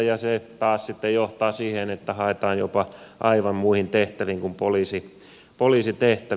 se taas sitten johtaa siihen että haetaan jopa aivan muihin tehtäviin kuin poliisitehtäviin